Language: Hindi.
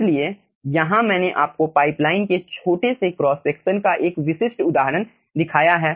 इसलिए यहां मैंने आपको पाइपलाइन के एक छोटे से क्रॉस सेक्शन का एक विशिष्ट उदाहरण दिखाया है